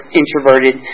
introverted